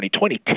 2020